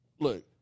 look